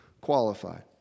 qualified